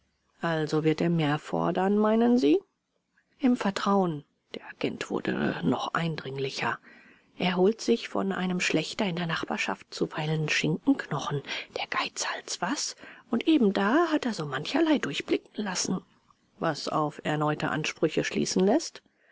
also er wird mehr fordern meinen sie im vertrauen der agent wurde noch eindringlicher er holt sich von einem schlächter in der nachbarschaft zuweilen schinkenknochen der geizhals was und eben da hat er so mancherlei durchblicken lassen was auf erneute ansprüche schließen läßt